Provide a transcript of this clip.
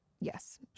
yes